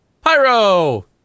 Pyro